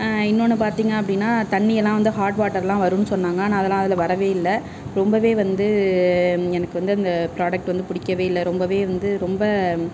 இன்னொனு பார்த்தீங்க அப்படினா தண்ணிலாம் ஹாட் வாட்டர்லாம் வரும்ன்னு சொன்னாங்க ஆனால் அதில் அதெல்லாம் வரவே இல்லை ரொம்ப வந்து எனக்கு வந்து அந்த ப்ரோடைட் வந்து ரொம்ப வந்து ரொம்ப